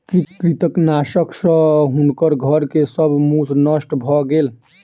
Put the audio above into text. कृंतकनाशक सॅ हुनकर घर के सब मूस नष्ट भ गेल